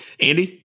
andy